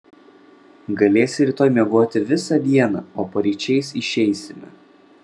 galėsi rytoj miegoti visą dieną o paryčiais išeisime